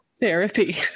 Therapy